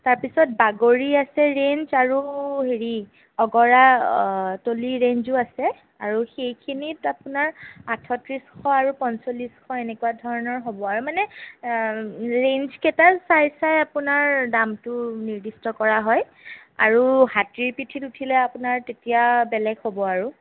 তাৰপিছত বাগৰি আছে ৰেঞ্জ আৰু হেৰি অগৰা তলি ৰেঞ্জো আছে আৰু সেইখিনিত আপোনাৰ আপোনাৰ আঠত্ৰিছশ আৰু পঞ্চল্লিছশ এনেকুৱা ধৰণৰ হ'ব আৰু মানে ৰেঞ্জকেইটা চাই চাই আপোনাৰ দামটো নিৰ্দ্দিষ্ট কৰা হয় আৰু হাতীৰ পিঠিত উঠিলে আপোনাৰ তেতিয়া বেলেগ হ'ব আৰু